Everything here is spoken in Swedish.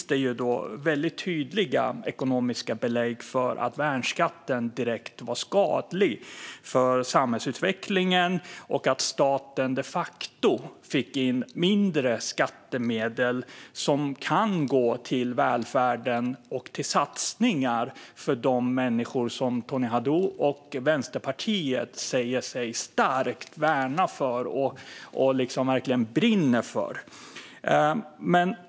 Det finns tydliga ekonomiska belägg för att värnskatten är direkt skadlig för samhällsutvecklingen och att staten de facto får in mindre skattemedel som kan gå till välfärden och till satsningar för de människor som Tony Haddou och Vänsterpartiet säger sig värna om och brinna för.